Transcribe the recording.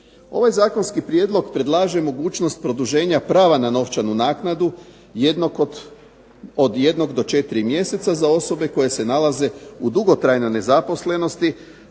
Ovaj zakonski prijedlog predlaže mogućnost produženja prava na novčanu naknadu od jednog do četiri mjeseca za osobe koje se nalaze u dugotrajnoj nezaposlenosti,